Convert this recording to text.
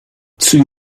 too